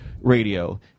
radio